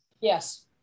Yes